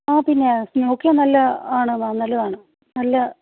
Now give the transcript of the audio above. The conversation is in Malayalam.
ആ പിന്നെ നോക്കിയ നല്ലത് ആണ് മാം നല്ലതാണ് നല്ല